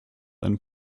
einen